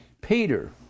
Peter